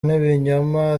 n’ibinyoma